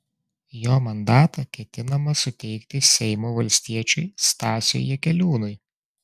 jo mandatą ketinama suteikti seimo valstiečiui stasiui jakeliūnui